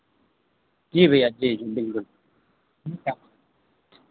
जी भैया जी जी बिल्कुल